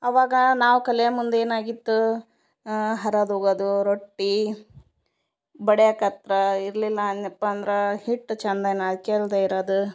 ಅವಾಗ ನಾವು ಕಲಿಯ ಮುಂದ ಏನಾಗಿತ್ತು ಹರಿದೊಗದೂ ರೊಟ್ಟಿ ಬಡಿಯಕತ್ರಾ ಇರಲಿಲ್ಲ ಆ್ಯನೆಪಂದರಾ ಹಿಟ್ಟು ಚಂದನ ಆಕ್ಯಲ್ದ ಇರದು